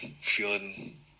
feeling